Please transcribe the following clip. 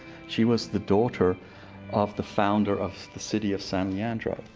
she was the daughter of the founder of the city of san leandro.